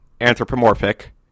anthropomorphic